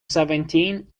seventeen